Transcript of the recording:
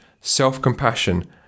self-compassion